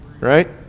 Right